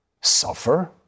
suffer